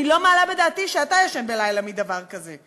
אני לא מעלה על דעתי שאתה ישן בלילה כשיש דבר כזה.